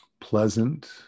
pleasant